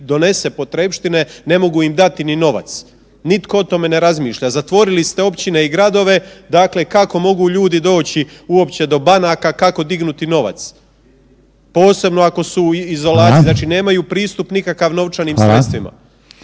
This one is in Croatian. donese potrepštine ne mogu im dati ni novac. Nitko o tome ne razmišlja. Zatvorili ste općine i gradove, dakle kako ljudi mogu doći uopće do banaka kako dignuti novac, posebno ako su u izolaciji. Znači nemaju pristup nikakav novčanim sredstvima.